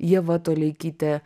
ieva toleikytė